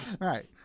Right